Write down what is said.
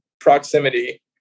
proximity